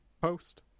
Post